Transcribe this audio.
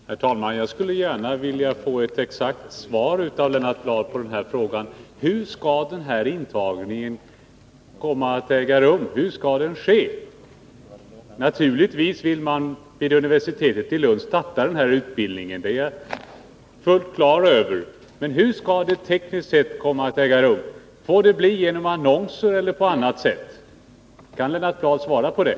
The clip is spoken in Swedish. Herr talman! Jag skulle gärna vilja få ett exakt svar av Lennart Bladh på min fråga: Hur skall den här intagningen ske? Naturligtvis vill man vid universitetet i Lund starta den här utbildningen — det är jag fullt på det klara med. Men hur skall det tekniskt sett gå till? Blir det fråga om annonsering, eller skall man gå till väga på något annat sätt? Kan Lennart Bladh svara på det?